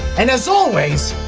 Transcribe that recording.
and as always